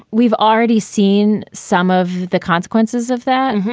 we've already seen some of the consequences of that.